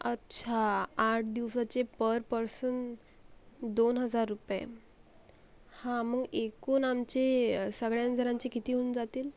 अच्छा आठ दिवसाची पर पर्सन दोन हजार रुपये हा मग एकूण आमचे सगळ्याजणांचे किती होऊन जातील